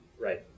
Right